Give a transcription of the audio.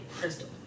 crystal